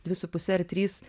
dvi su puse ar trys